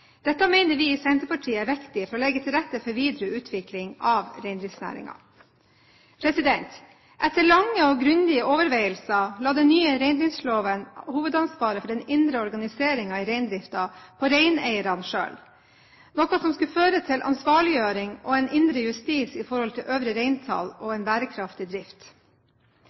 Dette mener vi i Senterpartiet er viktig for å legge til rette for videre utvikling av reindriftsnæringen. Etter lange og grundige overveielser la den nye reindriftsloven hovedansvaret for den indre organiseringen i reindriften på reineierne selv, noe som skulle føre til ansvarliggjøring og en indre justis når det gjelder øvre reintall og en bærekraftig drift.